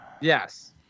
Yes